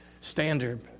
standard